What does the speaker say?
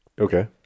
Okay